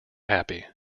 happy